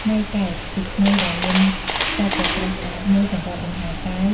ឆ្នេរកែប ជាឆ្នេរដែលមានខ្សាច់ដ៏ស្រស់ស្អាតមួយសម្រាប់លំហែរកាយ